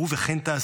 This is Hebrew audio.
וכן תעשו,